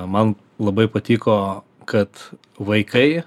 man labai patiko kad vaikai